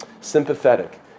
sympathetic